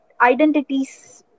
identities